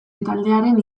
taldearen